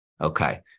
Okay